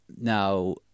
Now